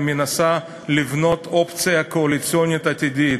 היא מנסה לבנות אופציה קואליציונית עתידית